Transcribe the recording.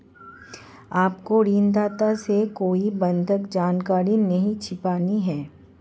आपको ऋणदाता से कोई बंधक जानकारी नहीं छिपानी चाहिए